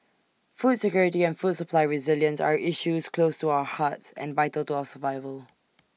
food security and food supply resilience are issues close to our hearts and vital to our survival